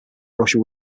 russia